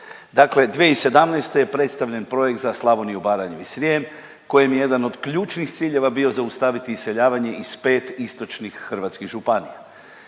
Dakle 2017. je predstavljen projekt za Slavoniju, Baranju i Srijem kojem je jedan od ključnih ciljeva bio zaustaviti iseljavanje iz 5 istočnih hrvatskih županija.